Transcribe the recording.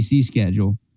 schedule